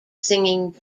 singing